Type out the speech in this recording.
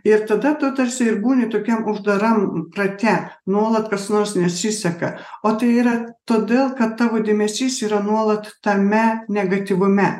ir tada tu tarsi ir būni tokiam uždaram rate nuolat kas nors nesiseka o tai yra todėl kad tavo dėmesys yra nuolat tame negatyvume